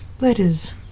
Letters